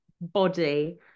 Body